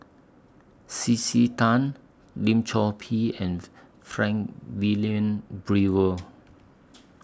C C Tan Lim Chor Pee and Frank Wilmin Brewer